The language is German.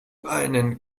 einen